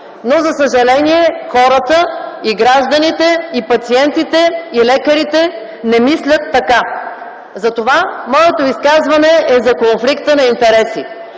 но за съжаление хората и гражданите, и пациентите, и лекарите не мислят така. Затова моето изказване е за конфликта на интереси